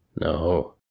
no